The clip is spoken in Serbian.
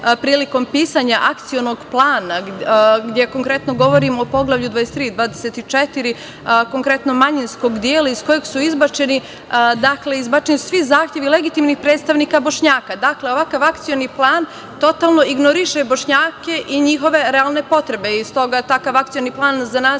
prilikom pisanja Akcionog plana, govorim o Poglavlju 23 i 24, a konkretno manjinskog dela, iz kojeg su izbačeni svih legitimnih predstavnika Bošnjaka. Dakle, ovakav Akcioni plan totalno ignoriše Bošnjake i njihove realne potrebe. Takav Akcioni plan za nas